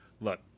Look